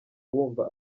wumva